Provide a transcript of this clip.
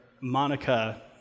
Monica